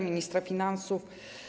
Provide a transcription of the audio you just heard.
Ministra finansów?